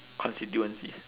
constituencies